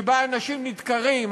שבה אנשים נדקרים,